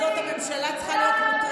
פעם אחת.